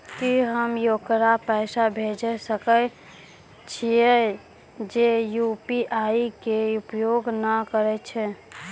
की हम्मय ओकरा पैसा भेजै सकय छियै जे यु.पी.आई के उपयोग नए करे छै?